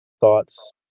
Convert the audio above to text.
thoughts